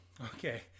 okay